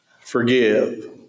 forgive